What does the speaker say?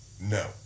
no